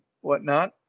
whatnot